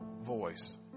voice